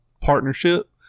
partnership